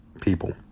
people